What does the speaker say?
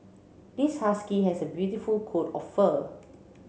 this husky has a beautiful coat of fur